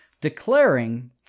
declaring